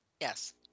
yes